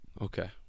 Okay